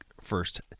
first